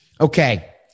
Okay